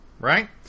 right